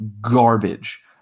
garbage